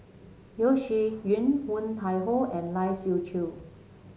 Yeo Shih Yun Woon Tai Ho and Lai Siu Chiu